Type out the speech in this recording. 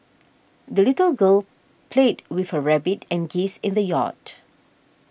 the little girl played with her rabbit and geese in the yard